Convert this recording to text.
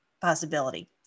possibility